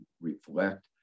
reflect